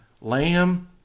Lamb